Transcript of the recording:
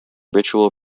ritual